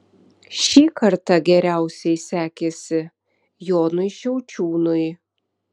šį kartą geriausiai sekėsi jonui šiaučiūnui